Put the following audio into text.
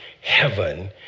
heaven